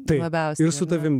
tai labiausiai su tavimi